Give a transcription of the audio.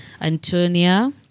Antonia